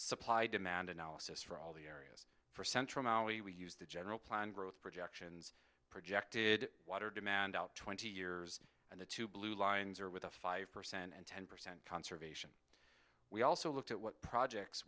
supply demand analysis for all the areas for central maui we use the general plan growth projections projected water demand out twenty years and the two blue lines are with a five percent and ten percent conservation we also looked at what projects